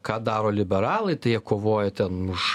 ką daro liberalai tai jie kovoja ten už